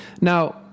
Now